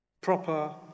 proper